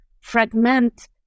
fragment